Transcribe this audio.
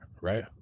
right